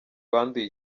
banduye